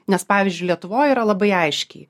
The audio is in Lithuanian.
nes pavyzdžiui lietuvoj yra labai aiškiai